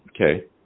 Okay